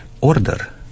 order